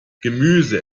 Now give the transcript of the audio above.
gemüse